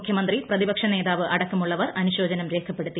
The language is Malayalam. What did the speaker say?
മുഖ്യമന്ത്രി പ്രതിപക്ഷ നേതാവ് അടക്കമുളളവർ അനുശോചനം രേഖപ്പെടുത്തി